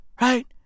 Right